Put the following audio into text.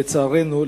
לצערנו,